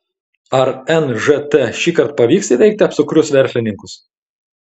ar nžt šįkart pavyks įveikti apsukrius verslininkus